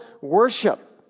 worship